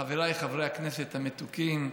חבריי חברי הכנסת המתוקים,